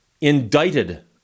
indicted